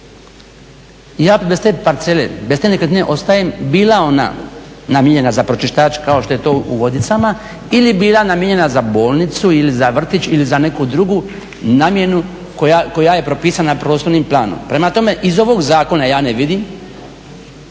ja bez te parcele, bez te nekretnine ostajem bila ona namijenjena za pročiščać kao što je to u Vodicima ili bila namijenjena za bolnicu ili za vrtić ili za neku drugu namjenu koja je propisana prostornim planom. Prema tome iz ovog zakona ja ne vidim